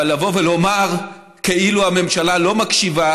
אבל לבוא ולומר כאילו הממשלה לא מקשיבה